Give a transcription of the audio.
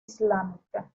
islámica